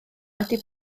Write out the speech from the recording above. ydi